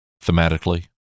thematically